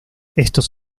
estos